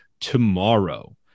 tomorrow